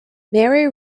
marie